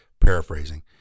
paraphrasing